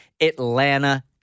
Atlanta